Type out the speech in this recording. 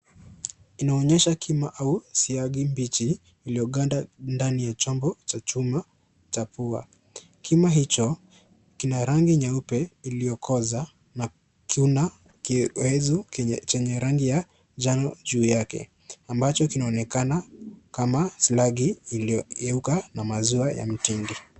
Inaonyesha kima au ziagi mbichi ilioganda ndani ya chombo cha chuma cha pua, kima hicho kina rangi nyeupe iliokoza na kina chenye rangi ya jano juu yake ambacho kinaonekana kama ziagi iliogeuka na maziwa ya mtingi.